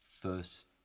first